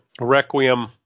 Requiem